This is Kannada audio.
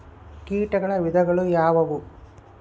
ಕೇಟಗಳ ವಿಧಗಳು ಯಾವುವು?